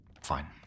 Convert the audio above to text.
Fine